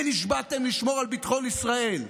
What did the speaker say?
ונשבעתם לשמור על ביטחון ישראל,